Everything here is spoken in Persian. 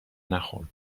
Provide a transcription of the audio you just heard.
نخورد